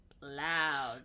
Loud